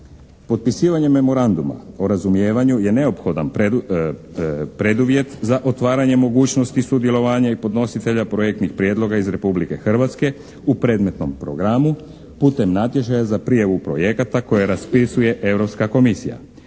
Potpisivanje Memoranduma o razumijevanju je neophodan preduvjet za otvaranje mogućnosti sudjelovanja i podnositelja projektnih prijedloga iz Republike Hrvatske u predmetnom programu putem natječaja za prijavu projekata koje raspisuje Europska komisija.